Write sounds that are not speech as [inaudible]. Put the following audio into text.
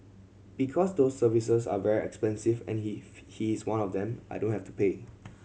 because those services are very expensive and he [unintelligible] he is one of them I don't have to pay